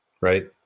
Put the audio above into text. right